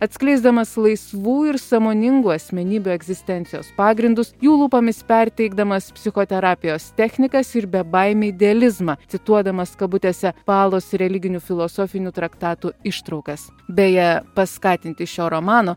atskleisdamas laisvų ir sąmoningų asmenybių egzistencijos pagrindus jų lūpomis perteikdamas psichoterapijos technikas ir bebaimį idealizmą cituodamas kabutėse palos religinių filosofinių traktatų ištraukas beje paskatinti šio romano